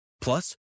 Plus